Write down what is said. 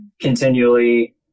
continually